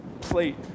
plate